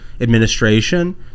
administration